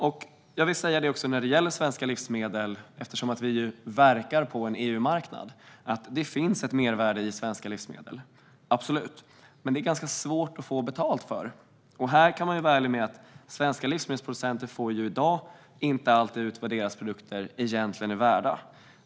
Då vi verkar på en EU-marknad vill jag säga att det absolut finns ett mervärde i svenska livsmedel, men det är ganska svårt att få betalt för detta mervärde. Här kan man vara ärlig med att svenska livsmedelsproducenter i dag inte alltid får ut vad deras produkter egentligen är värda.